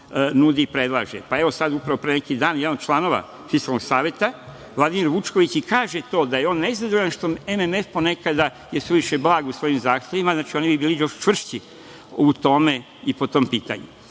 nudi i predlaže. Evo sad, upravo, pre neki dan, jedan od članova Fiskalnog saveta, Vladimir Vučković, i kaže to da je on nezadovoljan što je MMF ponekada suviše blag u svojim zahtevima, znači oni bi bili još čvršći u tome i po tom pitanju. Nije